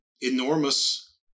enormous